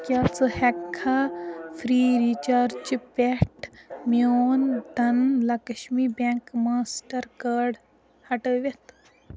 کیٛاہ ژٕ ہٮ۪کہٕ کھا فِرٛی رِچارج پٮ۪ٹھ میون Dhan Lakshmi bank Mastercard ہٹٲوِتھ